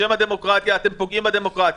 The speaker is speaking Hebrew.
בשם הדמוקרטיה אתם פוגעים בדמוקרטיה.